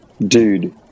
Dude